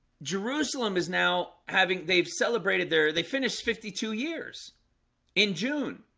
jerusalem is now having they've celebrated their they finished fifty two years in june,